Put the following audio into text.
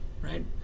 right